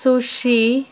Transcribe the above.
sushi